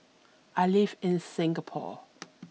I live in Singapore